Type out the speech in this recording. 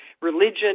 religion